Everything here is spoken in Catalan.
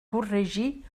corregir